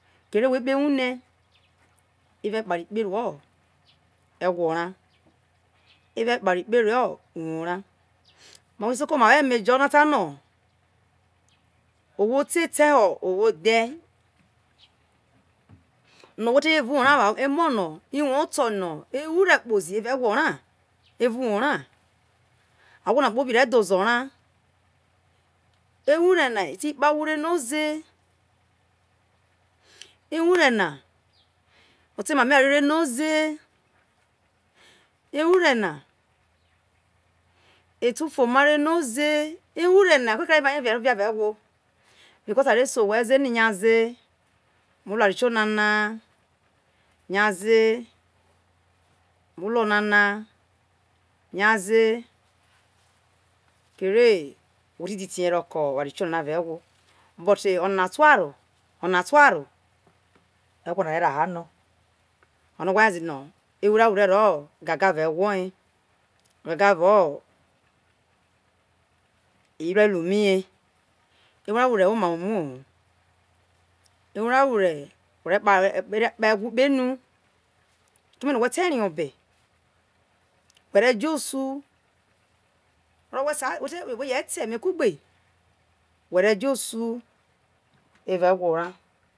kere we kpo ewu ne eva ekpare kpe ruo ewo ea eva ekpare ikpe ru uwo ra no owho te te ho owho dhe no wo te jo evao uwo ra rue emo no i woti no ewure kpozi evao uwo ra awo na kpobi re dho ozo ra ewure na eye ikpe ahwo re no ze ewure na eye emamo eware re no ze ete ufo mare no ze ewure na koka eware re via evao ewo because are se owe ze no nyaze ti lu eware tionana nyaze ti hu onana kere wo ti di tiehe ro ko oware tionana evao ewo reko onana tuo aro onana tuo aro ewo re reha no ono waye ze no ewure awure oro gaga evao ewo ye gaga evo irue ru mi ye awura wure woma umoho ewura wure ore kpa ewo kpe unu keme no we te rio one were so osu orono we sa we bu je ta eme kugbe were jo osu evao ewo ra